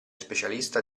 specialista